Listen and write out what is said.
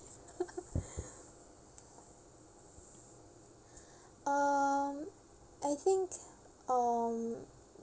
um I think um